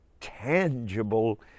tangible